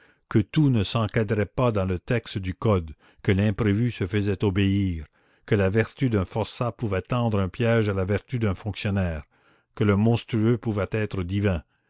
que tout ne s'encadrait pas dans le texte du code que l'imprévu se faisait obéir que la vertu d'un forçat pouvait tendre un piège à la vertu d'un fonctionnaire que le monstrueux pouvait être divin